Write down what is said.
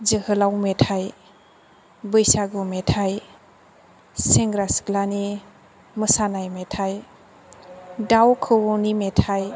जोहोलाव मेथाइ बैसागु मेथाइ सेंग्रा सिख्लानि मोसानाय मेथाइ दाव खौवौनि मेथाइ